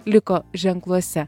liko ženkluose